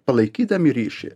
palaikydami ryšį